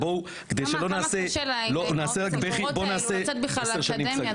כמה קשה לבחורות האלו לצאת בכלל לאקדמיה.